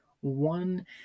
one